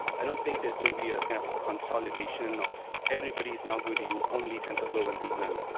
i don't think there's going to be ah kind of a consolidation of everybody is now going to use only tensorflow and deep learning.